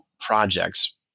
projects